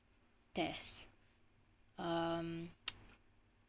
test um